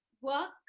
work